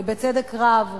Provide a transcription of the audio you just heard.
ובצדק רב,